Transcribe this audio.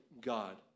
god